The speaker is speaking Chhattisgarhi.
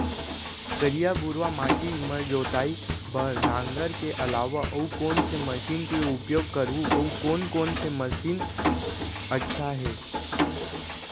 करिया, भुरवा माटी म जोताई बार नांगर के अलावा अऊ कोन से मशीन के उपयोग करहुं अऊ कोन कोन से मशीन अच्छा है?